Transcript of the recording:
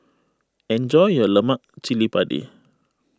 enjoy your Lemak Cili Padi